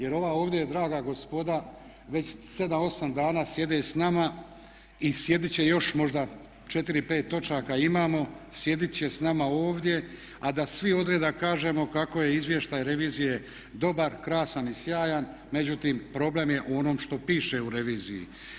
Jer ova ovdje draga gospoda već 7,8 dana sjede s nama i sjedit će još možda 4, 5 točaka imamo, sjedit će s nama ovdje a da svi odreda kažemo kako je izvještaj revizije dobar, krasan i sjajan međutim problem je u onom što piše u reviziji.